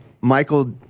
Michael